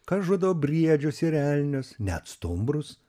kas žudo briedžius ir elnius net stumbrus